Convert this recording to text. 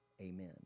Amen